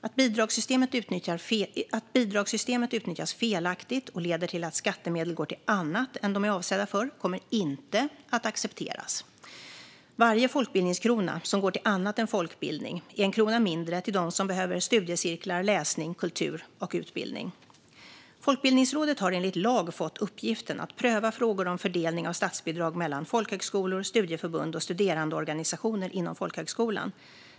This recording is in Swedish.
Att bidragssystemet utnyttjas felaktigt och leder till att skattemedel går till annat än de är avsedda för kommer inte att accepteras. Varje folkbildningskrona som går till annat än folkbildning är en krona mindre till dem som behöver studiecirklar, läsning, kultur och utbildning. Folkbildningsrådet har enligt lag fått uppgiften att pröva frågor om fördelning av statsbidrag mellan folkhögskolor, studieförbund och studerandeorganisationer inom folkhögskolan.